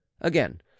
Again